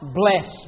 bless